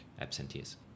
absentees